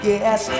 Yes